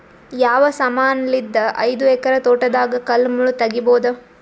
ಯಾವ ಸಮಾನಲಿದ್ದ ಐದು ಎಕರ ತೋಟದಾಗ ಕಲ್ ಮುಳ್ ತಗಿಬೊದ?